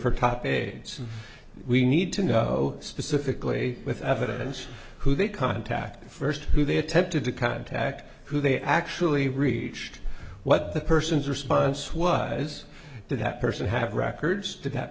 aides we need to know specifically with evidence who they contacted first who they attempted to contact who they actually reached what the person's response was to that person have records to that